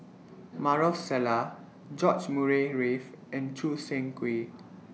Maarof Salleh George Murray Reith and Choo Seng Quee